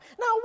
Now